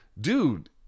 dude